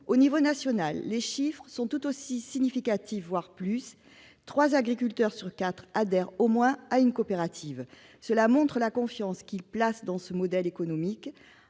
Au niveau national, les chiffres sont tout aussi significatifs. Ainsi, trois agriculteurs sur quatre adhèrent au moins à une coopérative. Cela montre la confiance qu'ils placent dans ce modèle économique.